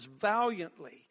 valiantly